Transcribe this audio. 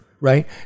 right